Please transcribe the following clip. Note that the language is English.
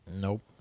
Nope